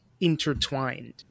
intertwined